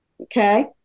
Okay